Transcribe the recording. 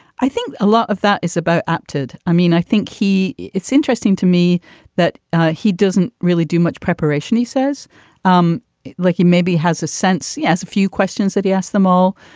i think a lot of that is about apted. i mean, i think he it's interesting to me that he doesn't really do much preparation. he says um like he maybe has a sense he. yes, a few questions that he asked them all,